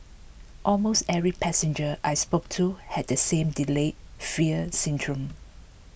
almost every passenger I spoke to had the same delayed fear syndrome